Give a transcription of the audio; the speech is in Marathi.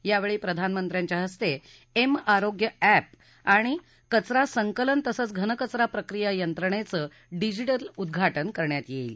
यावेळी प्रधानमंत्र्यांच्या इस्ते एम आरोग्य अॅप आणि कचरा संकलन तसंच घनकचरा प्रक्रिया यंत्रणेचं डिजिटल उद्घाटन करण्यात येईल